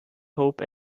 hope